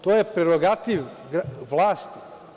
To je prerogativ, vlast.